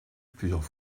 plusieurs